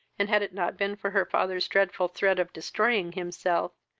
and, had it not been for her father's dreadful threat of destroying himself,